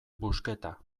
busqueta